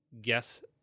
guess